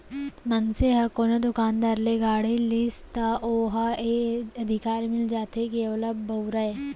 मनसे ह कोनो दुकानदार ले गाड़ी लिस त ओला ए अधिकार मिल जाथे के ओला बउरय